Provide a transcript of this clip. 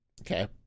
okay